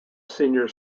senior